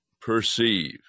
Perceive